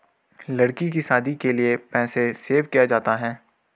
लड़की की शादी के लिए पैसे सेव किया जाता है